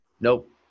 Nope